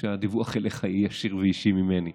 שהדיווח אליך יהיה שידור ישיר ממני,